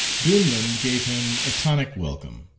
duneland gave him a tonic welcome.